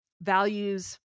values